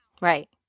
Right